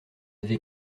avez